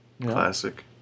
Classic